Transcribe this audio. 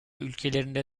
ülkelerinde